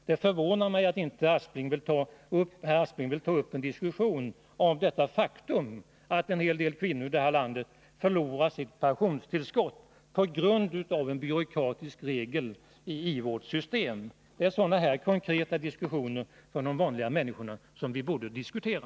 Det förvånar mig också att inte herr Aspling vill ta upp en diskussion om det faktum att en hel del kvinnor i detta land förlorar sitt pensionstillskott på grund av en byråkratisk regel i vårt socialförsäkringssystem. Det är sådana här konkreta situationer för de vanliga människorna som vi borde diskutera.